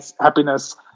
happiness